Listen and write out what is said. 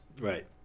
Right